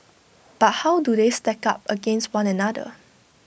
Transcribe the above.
but how do they stack up against one another